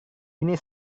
ini